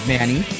Manny